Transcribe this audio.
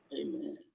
Amen